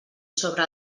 sobre